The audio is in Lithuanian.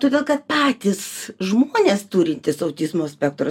todėl kad patys žmonės turintys autizmo spektro